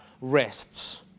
rests